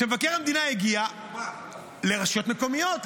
כשמבקר המדינה הגיע ------ לרשויות מקומיות,